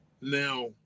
now